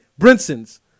Brinson's